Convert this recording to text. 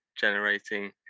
generating